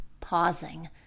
pausing